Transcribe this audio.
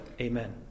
Amen